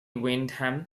wyndham